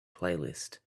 playlist